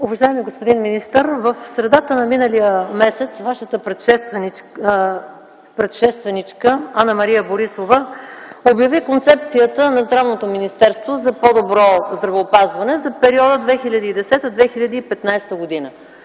Уважаеми господин министър! В средата на миналия месец Вашата предшественичка Анна-Мария Борисова обяви концепцията на Здравното министерство за по-добро здравеопазване за периода 2010-2015 г.,